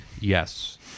Yes